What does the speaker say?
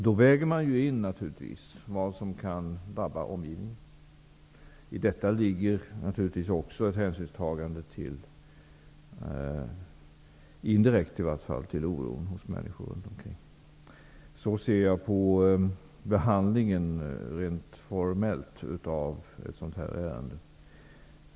Då väger man naturligtvis in vad som kan drabba omgivningen. I detta ligger också ett hänsynstagande, åtminstone indirekt, till de människor som bor i närheten och som känner oro. Det är på det sättet som jag rent formellt ser på behandlingen av ett sådant ärende.